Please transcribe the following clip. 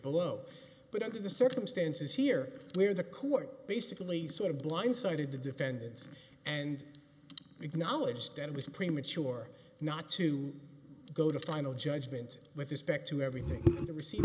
below but under the circumstances here where the court basically sort of blindsided the defendants and acknowledged that it was premature not to go to final judgment with respect to everything on the recei